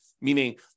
meaning